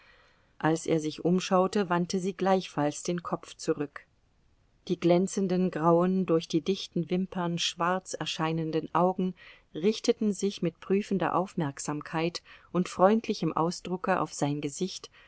als er sich umschaute wandte sie gleichfalls den kopf zurück die glänzenden grauen durch die dichten wimpern schwarz erscheinenden augen richteten sich mit prüfender aufmerksamkeit und freundlichem ausdrucke auf sein gesicht